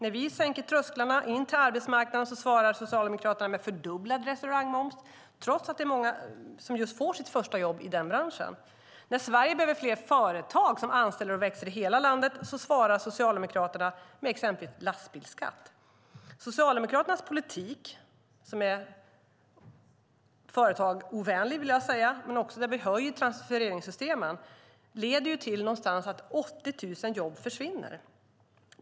När vi sänker trösklarna in till arbetsmarknaden svarar Socialdemokraterna med fördubblad restaurangmoms, trots att det är många som får sitt första jobb i den branschen. När Sverige behöver fler företag som anställer och växer i hela landet svarar Socialdemokraterna med exempelvis lastbilsskatt. Socialdemokraternas politik, som är företagsovänlig, vill jag säga, och där man gör höjningar i transfereringssystemen, leder till att ca 80 000 jobb försvinner.